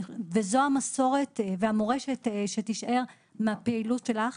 זו המסורת והמורשת שתישאר מן הפעילות שלך.